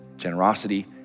generosity